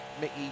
Mickey